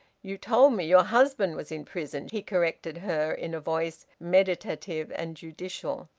you told me your husband was in prison, he corrected her, in a voice meditative and judicial.